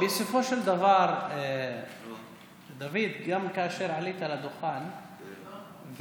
בסופו של דבר, דוד, גם כאשר עלית על הדוכן ואמרת,